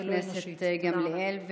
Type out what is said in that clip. תודה רבה, חברת הכנסת גמליאל.